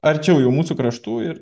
arčiau jau mūsų kraštų ir